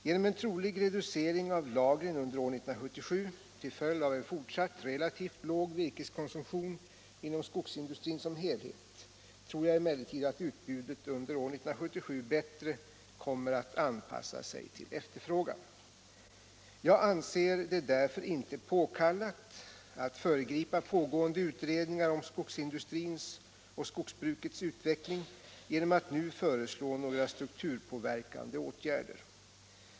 Genom en trolig reducering av lagren under år 1977 till följd av en fortsatt, relativt låg virkeskonsumtion inom skogsindustrin som helhet tror jag emellertid att utbudet under år 1977 bättre kommer att anpassa sig till efterfrågan. Jag anser det därför inte påkallat att föregripa pågående utredningar om skogsindustrins och skogsbrukets utveckling genom att nu föreslå några strukturpåverkande åtgärder.